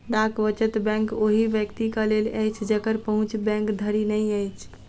डाक वचत बैंक ओहि व्यक्तिक लेल अछि जकर पहुँच बैंक धरि नै अछि